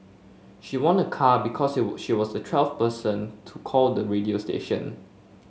she won a car because she was the twelfth person to call the radio station